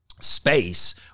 space